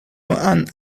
and